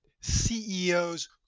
CEOs